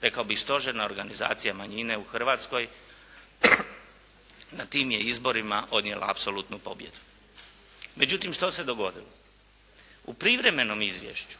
rekao bih stožerna organizacija manjine u Hrvatskoj na tim je izborima odnijela apsolutnu pobjedu. Međutim, što se dogodilo? U privremenom izvješću